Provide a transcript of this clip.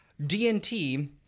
DNT